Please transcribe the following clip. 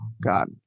God